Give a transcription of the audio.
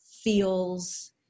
feels